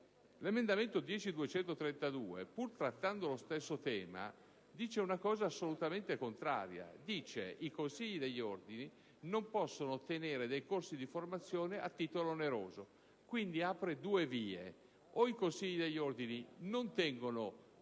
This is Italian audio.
L'emendamento 10.232, pur trattando lo stesso tema, dice una cosa assolutamente contraria: i consigli degli ordini non possono tenere dei corsi di formazione a titolo oneroso. Quindi, l'emendamento apre due vie: o i consigli degli ordini non tengono